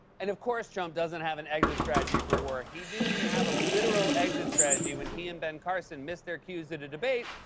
and, of course, trump doesn't have an exit strategy for war. he didn't even have a literal exit strategy when he and ben carson missed their cues at a debate,